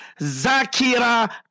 Zakira